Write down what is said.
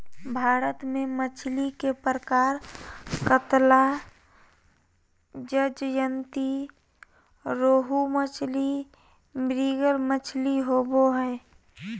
भारत में मछली के प्रकार कतला, ज्जयंती रोहू मछली, मृगल मछली होबो हइ